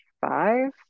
five